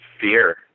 fear